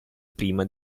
prima